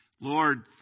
Lord